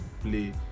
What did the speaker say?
play